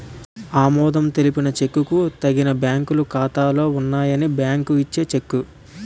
ఆమోదం తెలిపిన చెక్కుకు తగిన డబ్బులు ఖాతాలో ఉన్నాయని బ్యాంకు ఇచ్చే చెక్కు